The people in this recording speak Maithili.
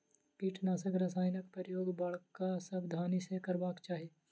कीटनाशक रसायनक प्रयोग बड़ सावधानी सॅ करबाक चाही